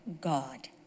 God